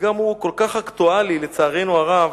וגם הוא כל כך אקטואלי, לצערנו הרב.